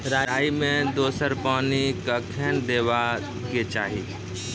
राई मे दोसर पानी कखेन देबा के चाहि?